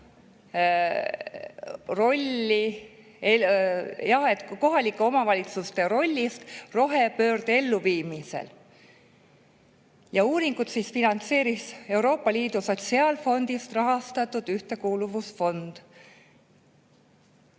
uuring kohalike omavalitsuste rolli kohta rohepöörde elluviimisel. Uuringut finantseerisid Euroopa Liidu sotsiaalfondist rahastatud ühtekuuluvusfondid.